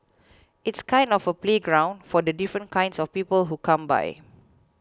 it's kind of a playground for the different kinds of people who come by